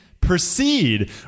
Proceed